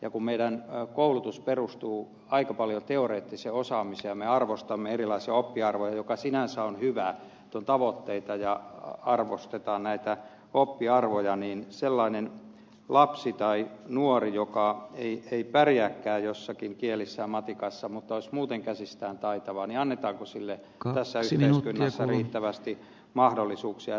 kun meidän koulutuksemme perustuu aika paljon teoreettiseen osaamiseen ja me arvostamme erilaisia oppiarvoja mikä sinänsä on hyvä että on tavoitteita ja arvostetaan näitä oppiarvoja niin annetaanko sellaiselle lapselle tai nuorelle joka ei pärjääkään joissakin kielissä ja matikassa mutta olisi muuten käsistään taitava tässä yhteiskunnassa riittävästi mahdollisuuksia